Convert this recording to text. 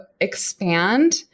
expand